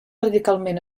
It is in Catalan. radicalment